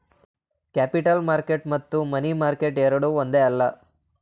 capital market ಮತ್ತು money market ಎರಡೂ ಒಂದೇ ಅಲ್ಲ